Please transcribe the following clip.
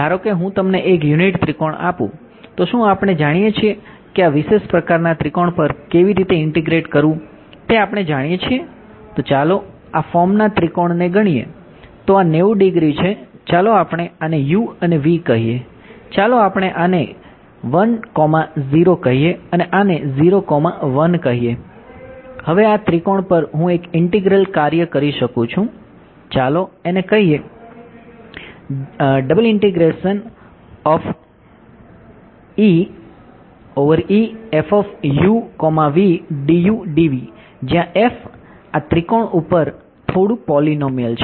ધારો કે હું તમને એક યુનિટ પર હું એક ઇન્ટીગ્રલ કાર્ય કરી શકું છું ચાલો એને કહીએ જ્યાં f આ ત્રિકોણ ઉપર થોડું પોલીનોમિયલ છે